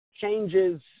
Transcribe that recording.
changes